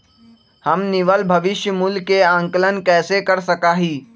हम निवल भविष्य मूल्य के आंकलन कैसे कर सका ही?